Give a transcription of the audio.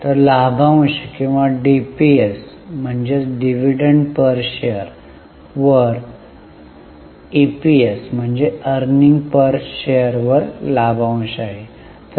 तर लाभांश किंवा डीपीएस वर ईपीएस वर लाभांश आहे